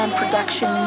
production